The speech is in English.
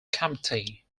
committee